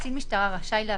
קצין משטרה רשאי לאפשר,